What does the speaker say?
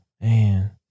Man